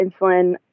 insulin